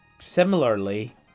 similarly